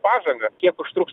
pažanga kiek užtruks